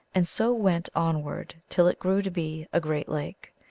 and so went onward till it grew to be a great lake.